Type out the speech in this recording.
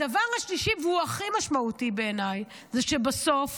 הדבר השלישי הוא הכי משמעותי בעיניי, זה שבסוף